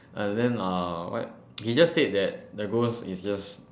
and then uh what he just said that the ghost is just